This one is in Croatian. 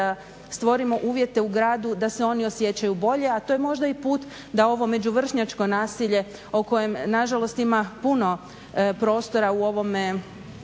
da stvorimo uvjete u gradu da se oni osjećaju bolje, a to je možda i put da ovo među vršnjačko nasilje o kojem na žalost ima puno prostora u ovome